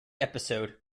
episode